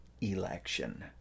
election